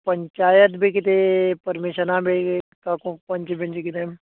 पंचायत बी किदें परमिशना मेळ्ळी तो पंच बिंच किदें